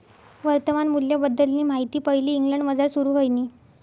वर्तमान मूल्यबद्दलनी माहिती पैले इंग्लंडमझार सुरू व्हयनी